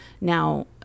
Now